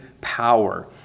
power